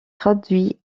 traduit